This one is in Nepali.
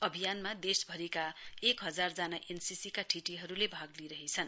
अभियानमा देशभरिका एकहजारजना एमसिसिका ठिटीहरूले भाग लिइरहेछन्